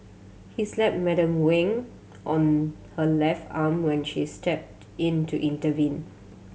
he slapped Madam Wang on her left arm when she stepped in to intervene